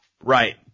right